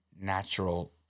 natural